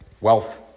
wealth